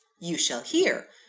you shall hear.